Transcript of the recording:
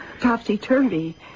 topsy-turvy